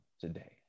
today